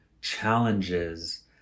challenges